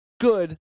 Good